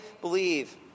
believe